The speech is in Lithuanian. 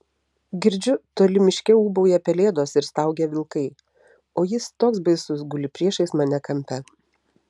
girdžiu toli miške ūbauja pelėdos ir staugia vilkai o jis toks baisus guli priešais mane kampe